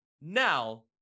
Now